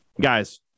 guys